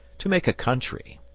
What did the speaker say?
to make a country,